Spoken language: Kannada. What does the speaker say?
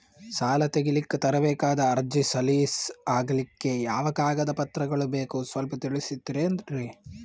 ಸಾಲ ತೆಗಿಲಿಕ್ಕ ತರಬೇಕಾದ ಅರ್ಜಿ ಸಲೀಸ್ ಆಗ್ಲಿಕ್ಕಿ ಯಾವ ಕಾಗದ ಪತ್ರಗಳು ಬೇಕು ಸ್ವಲ್ಪ ತಿಳಿಸತಿರೆನ್ರಿ?